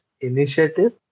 initiative